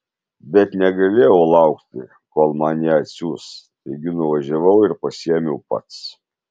bet negalėjau laukti kol man ją atsiųs taigi nuvažiavau ir pasiėmiau pats